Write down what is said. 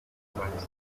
times